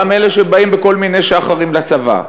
גם אלה שבאים בכל מיני שח"רים לצבא,